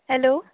hello